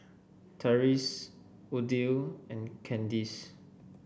Tyrese Odile and Candis